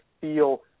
feel